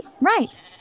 Right